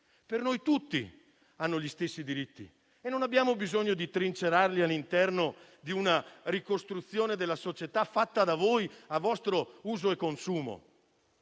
Per noi tutti hanno gli stessi diritti e non abbiamo bisogno di trincerarli all'interno di una ricostruzione della società fatta da voi a vostro uso e consumo.